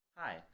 Hi